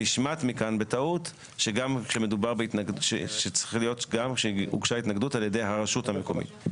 נשמעת מכאן בטעות שצריך להיות גם שהוגשה התנגדות על ידי הרשות המקומית,